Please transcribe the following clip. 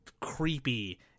creepy